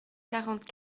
quarante